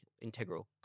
integral